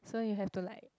so you have to like